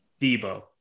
Debo